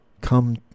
come